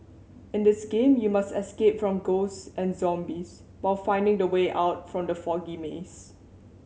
in this game you must escape from ghosts and zombies while finding the way out from the foggy maze